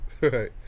Right